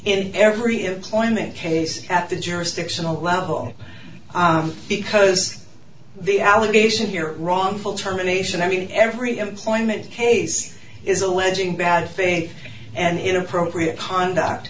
in every employment case at the jurisdictional level because the allegation here wrongful termination i mean every employment case is alleging bad faith and inappropriate conduct